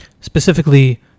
specifically